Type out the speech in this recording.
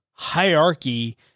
hierarchy